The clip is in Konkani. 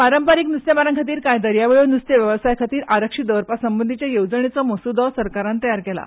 पारंपारीक नुस्तेमारांखातीर कांय दर्यावेळो नुस्ते वेवसायाखातीर आरक्षीत दवरपा संबंधीच्या येवजणेचो मसुदो सरकारान तयार केला